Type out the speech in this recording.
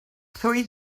three